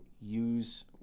use